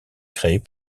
créés